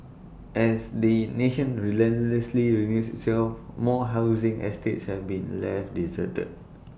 as the nation relentlessly renews itself more housing estates have been left deserted